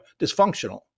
dysfunctional